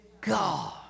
God